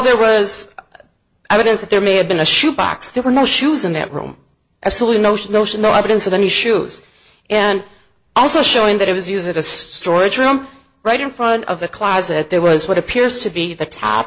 there was evidence that there may have been a shoe box there were no shoes in that room absolutely no shoes no shirt no evidence of any shoes and also showing that it was used at a storage room right in front of the closet there was what appears to be the top